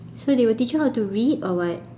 so they will teach you how to read or what